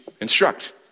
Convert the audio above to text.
instruct